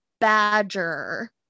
badger